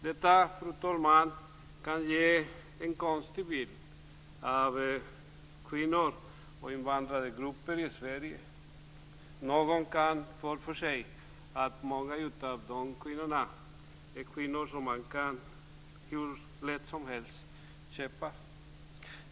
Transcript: Detta, fru talman, kan ge en konstig bild av kvinnor och invandrade grupper i Sverige. Någon kan få för sig att många av de här kvinnorna är kvinnor som man hur lätt som helst kan köpa.